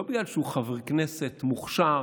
לא בגלל שהוא חבר כנסת מוכשר,